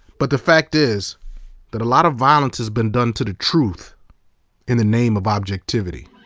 but the fact is that a lot of violence has been done to the truth in the name of objectivity.